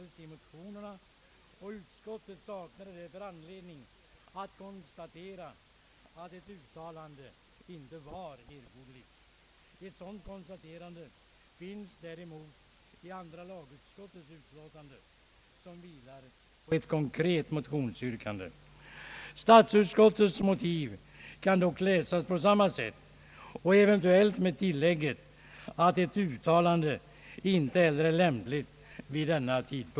Något yrkande har inte framställts i motionerna, och utskottet saknar därför anledning att konstatera att ett uttalande inte var erforderligt. Ett sådant konstaterande finns däremot i andra lagutskottets utlåtande, som vilar på ett konkret motionsyrkande. Statsutskottets motiv kan dock läsas på samma sätt och eventuellt med tillägget att ett ut talande inte heller är lämpligt vid denna tidpunkt.